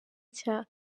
cya